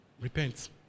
Repent